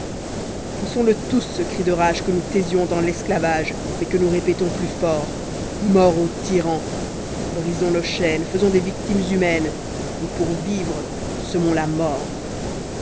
poussons le tous ce cri de rage que nous taisions dans l'esclavage mais que nous répétons plus fort mort aux tyrans brisons nos chaînes faisons des victimes humaines et pour vivre semons la mort